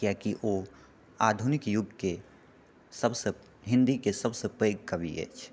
किआकि ओ आधुनिक युगके सबसँ हिन्दीके सबसँ पैघ कवि अछि